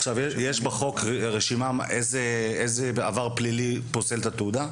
יש בחוק רשימה של איזה עבר פלילי פוסל את התעודה?